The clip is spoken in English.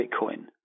Bitcoin